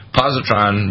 positron